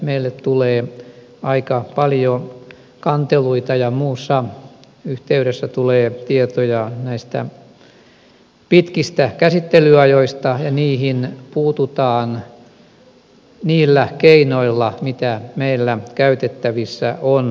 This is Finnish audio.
meille tulee aika paljon kanteluita ja muussa yhteydessä tulee tietoja näistä pitkistä käsittelyajoista ja niihin puututaan niillä keinoilla mitä meillä käytettävissä on